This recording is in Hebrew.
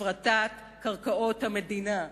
הפרטת קרקעות המדינה?